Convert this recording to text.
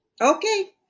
Okay